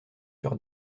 sur